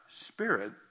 Spirit